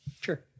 Sure